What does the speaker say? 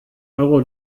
euro